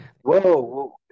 whoa